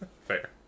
fair